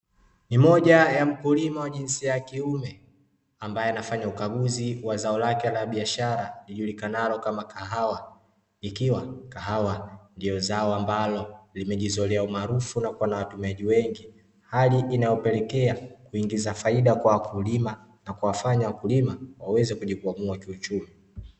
Ni moja ya mkulima wa jinsia ya kiume ambae anafanya ukaguzi wa zao lake la biashara lijulikanalo kama kahawa, ikiwa kahawa ndio zao ambalo limejizolea umaarufu na kuwa na watumiaji wengi. Hali inayopelekea kuingiza faida kwa wakulima na kuwafanya wakulima waweze kujikwamua kiuchumi.